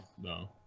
no